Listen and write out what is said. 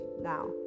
Now